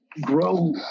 grow